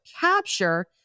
capture